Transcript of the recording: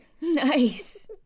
Nice